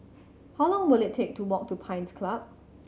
how long will it take to walk to Pines Club